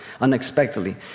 unexpectedly